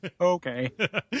okay